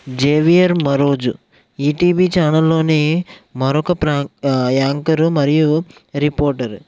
Xavier మరోజు ఈటీవి ఛానల్లోని మరొక ప్రా యాంకరు మరియు రిపోర్టరు